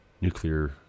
nuclear